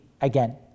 again